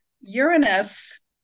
Uranus